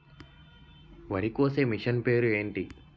వరి కోసే మిషన్ పేరు ఏంటి